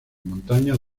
montañas